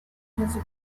musical